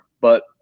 But-